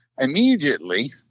immediately